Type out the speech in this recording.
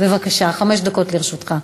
בבקשה, חמש דקות לרשותך.